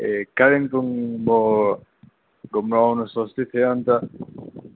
ए कालिम्पोङ म घुम्नु आउनु सोच्दै थिएँ अन्त